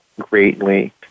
greatly